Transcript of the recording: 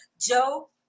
Joe